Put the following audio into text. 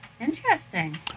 Interesting